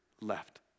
left